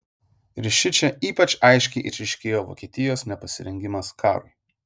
ir šičia ypač aiškiai išryškėjo vokietijos nepasirengimas karui